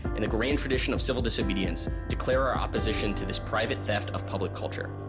in the grand tradition of civil disobedience, declare our opposition to this private theft of public culture.